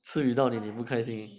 到底你不开心